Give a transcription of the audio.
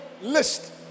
list